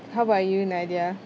how about you nadia